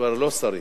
שכבר לא שרים,